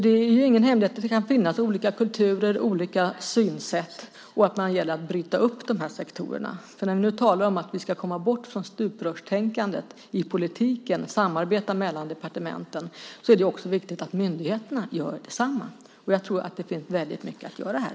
Det är ingen hemlighet att det kan finnas olika kulturer och olika synsätt och att det gäller att bryta upp dessa sektorer. När vi nu talar om att vi ska komma bort från stuprörstänkandet i politiken och samarbeta mellan departementen är det viktigt att också myndigheterna gör detsamma. Jag tror att det finns mycket att göra här.